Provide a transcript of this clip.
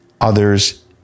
others